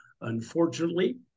Unfortunately